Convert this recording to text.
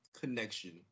connection